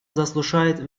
заслушает